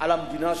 על המדינה שלהם,